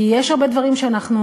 כי יש הרבה דברים שאנחנו,